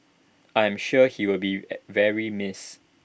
I'm sure he will be very missed